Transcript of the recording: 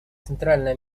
центральное